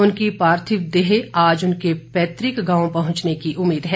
उनकी पार्थिव देह आज उनके पैतृक गांव पहुंचने की उम्मीद है